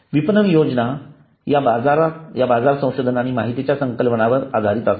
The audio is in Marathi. विपणन योजना या बाजार संशोधन आणि माहितीच्या संकलनावर आधारित असाव्यात